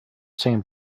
same